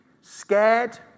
scared